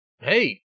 hey